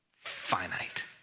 Finite